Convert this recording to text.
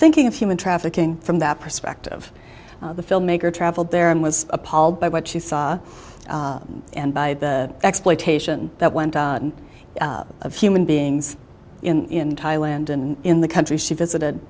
thinking of human trafficking from that perspective the filmmaker traveled there and was appalled by what she saw and by the exploitation that went on of human beings in thailand and in the country she visited